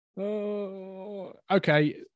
Okay